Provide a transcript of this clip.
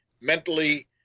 mentally